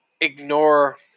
ignore